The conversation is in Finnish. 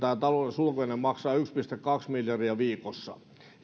talouden sulkeminen maksaa yksi pilkku kaksi miljardia viikossa